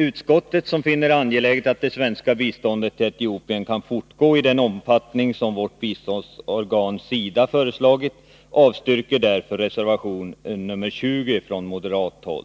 Utskottet finner det angeläget att det svenska biståndet till Etiopien kan fortgå i den omfattning som vårt biståndsorgan SIDA föreslagit och avstyrker därför de krav som framförts i den moderata reservationen nr 20.